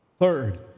Third